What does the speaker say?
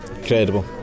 Incredible